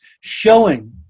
showing